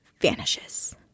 vanishes